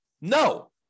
No